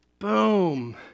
boom